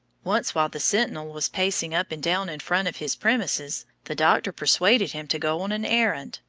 once, while the sentinel was pacing up and down in front of his premises, the doctor persuaded him to go on an errand,